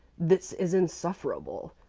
this is insufferable.